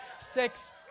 six